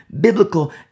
biblical